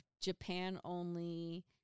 Japan-only